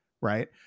right